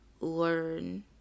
learn